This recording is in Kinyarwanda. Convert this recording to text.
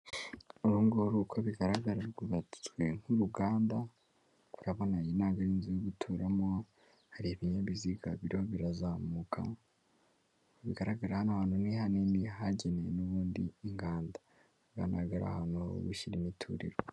Uru nguru uko bigaragara rwubatswe nk'uruganda rubonaanye inan y'inzu yo guturamo hari ibinyabiziga biro birazamuka bigaragara n' ahantu ni hanini hagenewe n'ubundi inganda hagaragara ahantu ho gushyira imiturirwa.